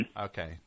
Okay